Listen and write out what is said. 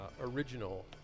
original